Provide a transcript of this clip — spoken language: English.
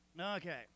Okay